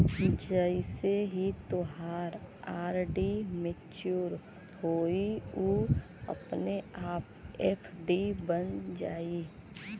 जइसे ही तोहार आर.डी मच्योर होइ उ अपने आप एफ.डी बन जाइ